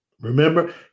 Remember